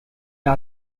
are